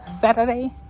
Saturday